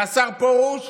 והשר פרוש,